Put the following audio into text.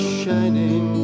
shining